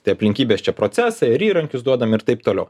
tai aplinkybės čia procesą ir įrankius duodam ir taip toliau